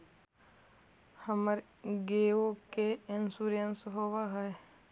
हमर गेयो के इंश्योरेंस होव है?